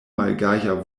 malgaja